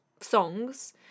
songs